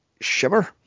Shimmer